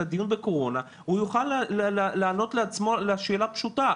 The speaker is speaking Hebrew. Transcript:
הדיון בקורונה הוא יוכל לענות לעצמו על השאלה הפשוטה,